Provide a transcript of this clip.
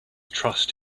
trust